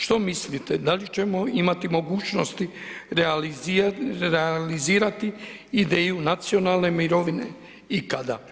Što mislite da li ćemo imati mogućnosti realizirati ideju nacionalne mirovine i kada?